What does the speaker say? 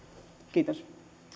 kiitos